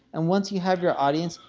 and once you have your audience,